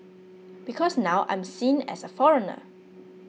because now I'm seen as a foreigner